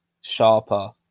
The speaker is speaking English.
sharper